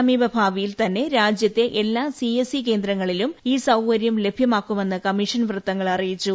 സമീപഭാവിയിൽ തന്നെ രാജ്യത്തെ എല്ലാ സിഎസ്സി കേന്ദ്രങ്ങളിലും ഈ സൌകരൃം ലഭ്യമാക്കുമെന്ന് കമ്മിഷൻ വൃത്തങ്ങൾ അറിയിച്ചു